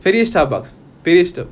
பெரிய: periya Starbucks பெரிய:periya sta~